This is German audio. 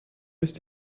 ist